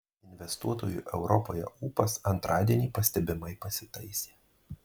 investuotojų europoje ūpas antradienį pastebimai pasitaisė